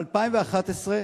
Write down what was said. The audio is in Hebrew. ב-2011,